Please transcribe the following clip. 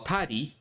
Paddy